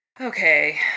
Okay